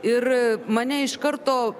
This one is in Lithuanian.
ir mane iš karto